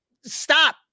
stop